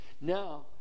Now